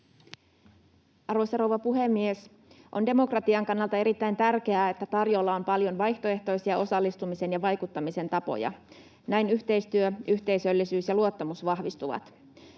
Arvoisa rouva puhemies! On demokratian kannalta erittäin tärkeää, että tarjolla on paljon vaihtoehtoisia osallistumisen ja vaikuttamisen tapoja. Näin yhteistyö, yhteisöllisyys ja luottamus vahvistuvat.